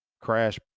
crash